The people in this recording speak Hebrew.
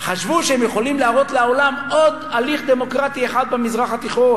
חשבו שהם יכולים להראות לעולם עוד הליך דמוקרטי אחד במזרח התיכון.